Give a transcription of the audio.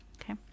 Okay